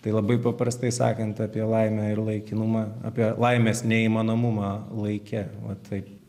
tai labai paprastai sakant apie laimę ir laikinumą apie laimės neįmanomumą laike va taip